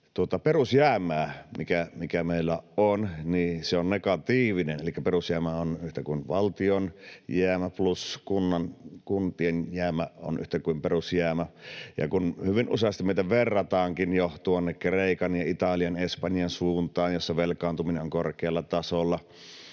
perusjäämää, mikä meillä on, niin se on negatiivinen — elikkä perusjäämä on yhtä kuin valtion jäämä plus kuntien jäämä, se on yhtä kuin perusjäämä. Ja kun hyvin useasti meitä verrataankin jo tuonne Kreikan ja Italian ja Espanjan suuntaan, jossa velkaantuminen on korkealla tasolla,